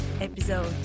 episode